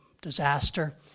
disaster